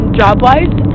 job-wise